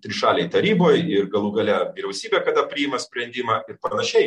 trišalėj taryboj ir galų gale vyriausybė kada priima sprendimą ir panašiai